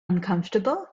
uncomfortable